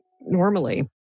normally